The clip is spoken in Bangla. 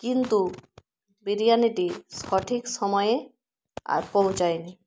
কিন্তু বিরিয়ানিটি সঠিক সময়ে আর পৌঁছয় নি